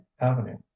avenue